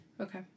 Okay